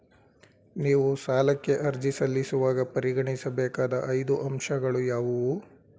ನೀವು ಸಾಲಕ್ಕೆ ಅರ್ಜಿ ಸಲ್ಲಿಸುವಾಗ ಪರಿಗಣಿಸಬೇಕಾದ ಐದು ಅಂಶಗಳು ಯಾವುವು?